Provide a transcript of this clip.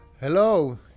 Hello